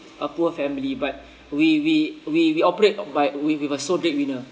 a poor family but we we we we operate by with a sole breadwinner